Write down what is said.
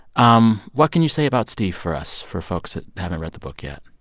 um what can you say about steve for us, for folks that haven't read the book yet?